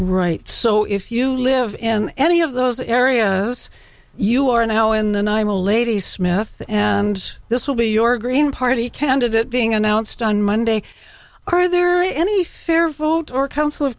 right so if you live in any of those areas you are now in the i'm a lady smith and this will be your green party candidate being announced on monday are there any fair vote or coun